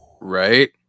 Right